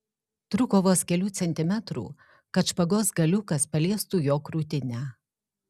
trūko vos kelių centimetrų kad špagos galiukas paliestų jo krūtinę